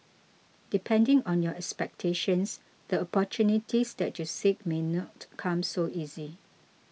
depending on your expectations the opportunities that you seek may not come so easy